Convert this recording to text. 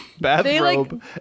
bathrobe